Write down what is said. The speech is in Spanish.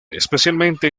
especialmente